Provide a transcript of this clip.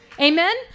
amen